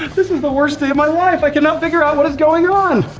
this is the worst day of my life! i cannot figure out what is going on!